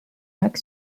lac